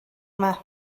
yma